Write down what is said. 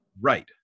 Right